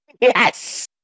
Yes